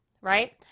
right